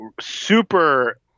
super